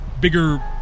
Bigger